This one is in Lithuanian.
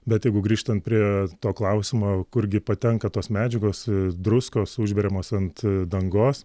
bet jeigu grįžtant prie to klausimo kurgi patenka tos medžiagos druskos užberiamos ant dangos